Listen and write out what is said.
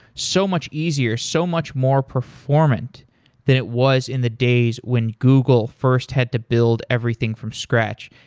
so much easier, so much more performant than it was in the days when google first had to build everything from scratch.